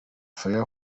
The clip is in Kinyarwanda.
fire